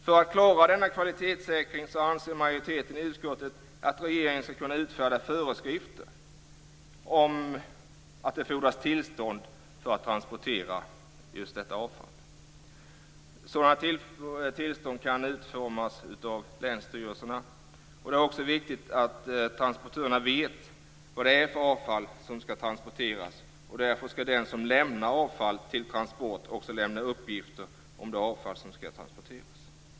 För att klara denna kvalitetssäkring anser majoriteten i utskottet att regeringen skall kunna utfärda föreskrifter om att det fordras tillstånd för att transportera just detta avfall. Sådana tillstånd kan utfärdas av länsstyrelserna. Det är också viktigt att transportörerna vet vad det är för avfall som skall transporteras, och därför skall den som lämnar avfall till transport också lämna uppgifter om det avfall som skall transporteras.